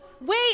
Wait